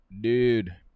Dude